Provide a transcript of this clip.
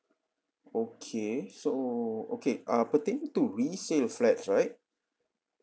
okay so okay uh pertaining to resale flats right